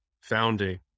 founding